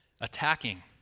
Attacking